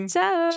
Ciao